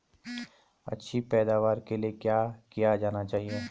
अच्छी पैदावार के लिए क्या किया जाना चाहिए?